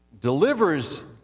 delivers